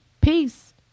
Peace